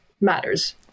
matters